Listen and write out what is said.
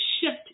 shift